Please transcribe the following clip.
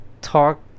talk